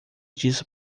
disso